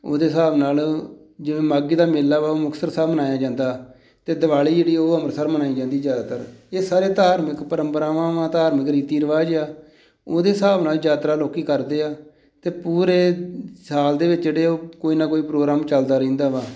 ਉਹਦੇ ਹਿਸਾਬ ਨਾਲ ਜਿਵੇਂ ਮਾਘੀ ਦਾ ਮੇਲਾ ਵਾ ਉਹ ਮੁਕਤਸਰ ਸਾਹਿਬ ਮਨਾਇਆ ਜਾਂਦਾ ਅਤੇ ਦਿਵਾਲੀ ਜਿਹੜੀ ਉਹ ਅੰਮ੍ਰਿਤਸਰ ਮਨਾਈ ਜਾਂਦੀ ਜ਼ਿਆਦਾਤਰ ਇਹ ਸਾਰੇ ਧਾਰਮਿਕ ਪ੍ਰੰਪਰਾਵਾਂ ਵਾ ਧਾਰਮਿਕ ਰੀਤੀ ਰਿਵਾਜ ਆ ਉਹਦੇ ਹਿਸਾਬ ਨਾਲ ਯਾਤਰਾ ਲੋਕ ਕਰਦੇ ਆ ਅਤੇ ਪੂਰੇ ਸਾਲ ਦੇ ਵਿੱਚ ਜਿਹੜੇ ਉਹ ਕੋਈ ਨਾ ਕੋਈ ਪ੍ਰੋਗਰਾਮ ਚੱਲਦਾ ਰਹਿੰਦਾ ਵਾ